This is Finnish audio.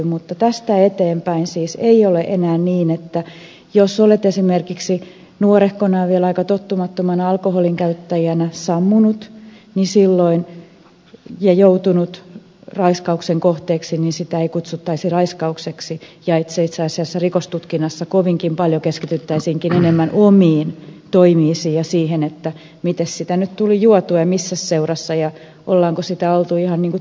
mutta siis tästä eteenpäin ei ole enää niin että jos olet esimerkiksi nuorehkona ja vielä aika tottumattomana alkoholinkäyttäjänä sammunut ja joutunut raiskauksen kohteeksi niin sitä ei kutsuttaisi raiskaukseksi ja että rikostutkinnassa itse asiassa kovinkin paljon enemmän keskityttäisiin omiin toimiisi ja siihen että mites sitä nyt tuli juotua ja missä seurassa ja ollaanko sitä oltu ihan niin kuin tyrkyllä